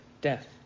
death